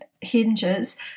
hinges